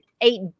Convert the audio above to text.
eight